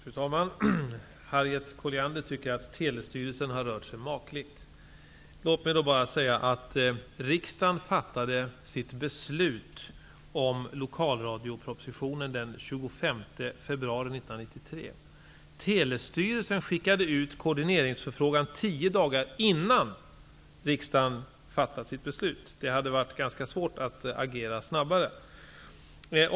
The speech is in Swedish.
Fru talman! Harriet Colliander tycker att Telestyrelsen har rört sig makligt. Riksdagen fattade sitt beslut om lokalradiopropositionen den 25 februari 1993. Telestyrelsen skickade ut koordineringsförfrågan tio dagar innan riksdagen hade fattat sitt beslut -- det hade varit ganska svårt att agera snabbare.